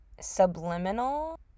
subliminal